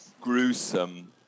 gruesome